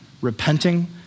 repenting